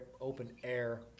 open-air